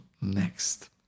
next